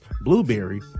Blueberry